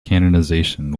canonization